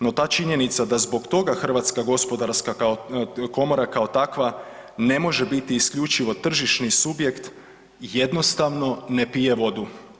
No ta činjenica da zbog toga Hrvatska gospodarska komora kao takva ne može biti isključivo tržišni subjekt jednostavno ne pije vodu.